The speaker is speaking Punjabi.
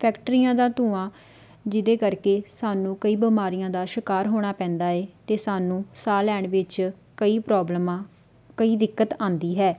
ਫੈਕਟਰੀਆਂ ਦਾ ਧੂੰਆਂ ਜਿਹਦੇ ਕਰਕੇ ਸਾਨੂੰ ਕਈ ਬਿਮਾਰੀਆਂ ਦਾ ਸ਼ਿਕਾਰ ਹੋਣਾ ਪੈਂਦਾ ਹੈ ਅਤੇ ਸਾਨੂੰ ਸਾਹ ਲੈਣ ਵਿੱਚ ਕਈ ਪ੍ਰੋਬਲਮਾਂ ਕਈ ਦਿੱਕਤ ਆਉਂਦੀ ਹੈ